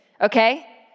Okay